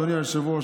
אדוני היושב-ראש,